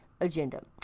agenda